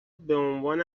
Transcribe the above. بعنوان